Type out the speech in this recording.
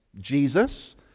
Jesus